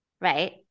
right